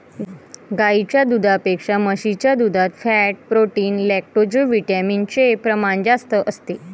गाईच्या दुधापेक्षा म्हशीच्या दुधात फॅट, प्रोटीन, लैक्टोजविटामिन चे प्रमाण जास्त असते